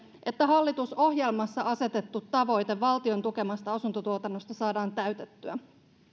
että hallitusohjelmassa asetettu tavoite valtion tukemasta asuntotuotannosta saadaan täytettyä